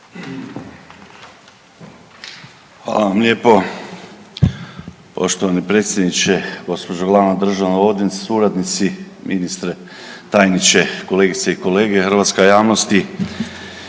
Hvala vam lijepo poštovani predsjedniče, gospođo Glavna državna odvjetnice, suradnici, Ministri, tajniče, kolegice i kolege, Hrvatska javnosti.